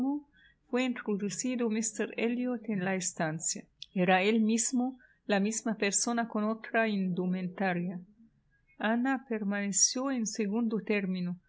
fué introducido míster elliot en la estancia era él mismo la misma persona con otra indumentaria ana permaneció en segundo término